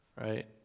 right